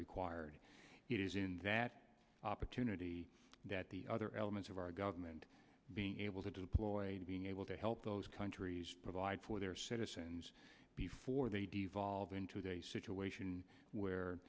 required it is in that opportunity that the other elements of our government being able to deploy to being able to help those countries provide for their citizens before they devolve into a situation where